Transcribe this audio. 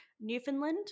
Newfoundland